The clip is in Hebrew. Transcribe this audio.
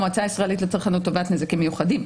המועצה הישראלית לצרכנות תובעת נזקים מיוחדים.